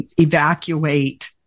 evacuate